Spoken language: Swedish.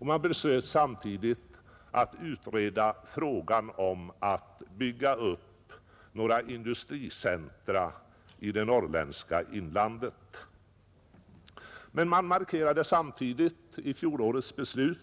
Man beslöt samtidigt att utreda frågan om att bygga upp några industricentra i det norrländska inlandet. Men samtidigt markerade man i fjolårets beslut